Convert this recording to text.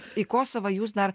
į kosovą jūs dar